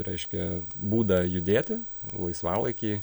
reiškia būdą judėti laisvalaikį